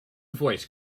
voice